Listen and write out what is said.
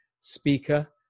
speaker